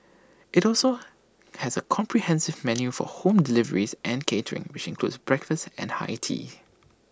IT also has A comprehensive menu for home deliveries and catering which includes breakfast and high tea